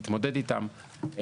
להתמודד איתם,